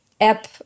app